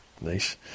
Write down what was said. Nice